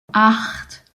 acht